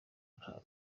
nta